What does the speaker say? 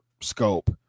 scope